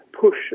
push